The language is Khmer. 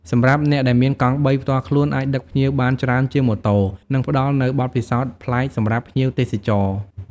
សម្រាប់អ្នកដែលមានកង់បី ផ្ទាល់ខ្លួន អាចដឹកភ្ញៀវបានច្រើនជាងម៉ូតូ និងផ្តល់នូវបទពិសោធន៍ប្លែកសម្រាប់ភ្ញៀវទេសចរ។។